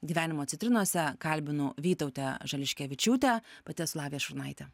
gyvenimo citrinose kalbinu vytautę žališkevičiūtę pati esu lavija šurnaitė